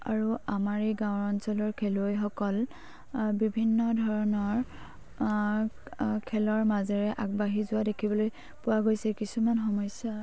আৰু আমাৰ এই গাঁও অঞ্চলৰ খেলুৱৈসকল বিভিন্ন ধৰণৰ খেলৰ মাজেৰে আগবাঢ়ি যোৱা দেখিবলৈ পোৱা গৈছে কিছুমান সমস্যা